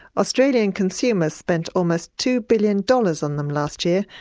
australian consumers spent almost two billion dollars on them last year,